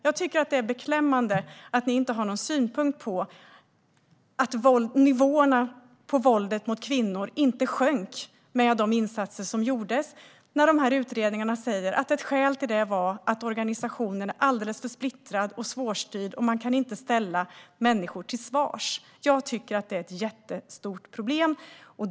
Jag tycker att det är beklämmande att ni inte har någon synpunkt på att nivåerna på våld mot kvinnor inte sjönk med de insatser som gjordes. Utredningarna säger att ett skäl till det var att organisationen är alldeles för splittrad och svårstyrd och att man inte kan ställa människor till svars. Jag tycker att det är ett jättestort problem.